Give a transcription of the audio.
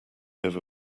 over